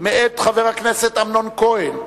מאת חבר הכנסת אמנון כהן,